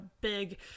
big